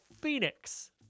phoenix